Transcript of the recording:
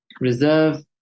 reserve